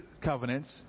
covenants